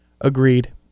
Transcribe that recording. Agreed